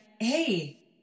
hey